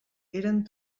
eren